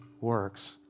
works